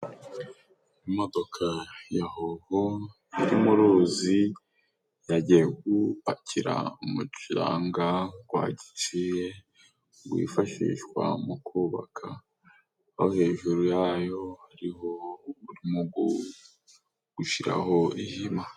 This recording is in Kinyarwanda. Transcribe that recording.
Imodoka yahoho yo mu ruzi yagiye gupakira umucanga gwa giciye gwifashishwa mu kubaka no hejuru yayo hariho urugo gwo gushiraho ihema.